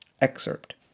Excerpt